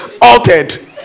altered